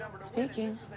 Speaking